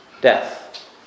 death